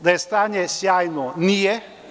Da je stanje sjajno, nije.